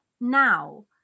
now